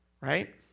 Right